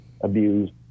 abused